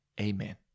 Amen